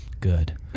Good